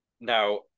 Now